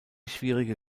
schwierige